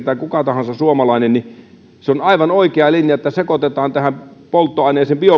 tai kuka tahansa suomalainen olkoon se vaikka vähän vanhempikin se on aivan oikea linja että sekoitetaan polttoaineeseen